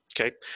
Okay